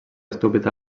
estúpid